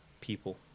people